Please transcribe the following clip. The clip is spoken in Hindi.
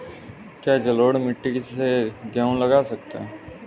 क्या जलोढ़ मिट्टी में गेहूँ लगा सकते हैं?